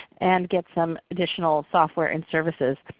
and get some additional software and services.